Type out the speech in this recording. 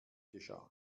geschah